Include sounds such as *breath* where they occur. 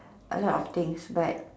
*breath* a lot of things but